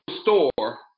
store